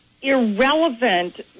irrelevant